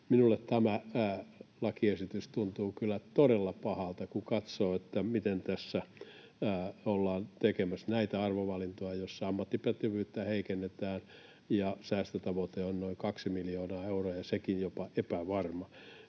minusta tämä lakiesitys tuntuu kyllä todella pahalta, kun katsoo, miten tässä ollaan tekemässä näitä arvovalintoja, joissa ammattipätevyyttä heikennetään ja säästötavoite on noin kaksi miljoonaa euroa ja sekin jopa epävarma.